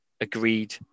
agreed